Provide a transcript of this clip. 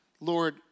Lord